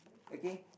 okay